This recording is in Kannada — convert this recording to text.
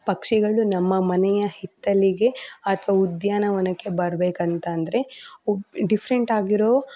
ಪಕ್ಷಿಗಳು ನಮ್ಮ ಮನೆಯ ಹಿತ್ತಲಿಗೆ ಅಥ್ವಾ ಉದ್ಯಾನವನಕ್ಕೆ ಬರಬೇಕಂತಂದ್ರೆ ಉಬ್ ಡಿಫ್ರೆಂಟಾಗಿರೋ